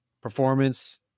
performance